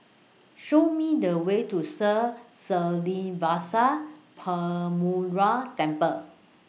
Show Me The Way to Sri Srinivasa Perumal Temple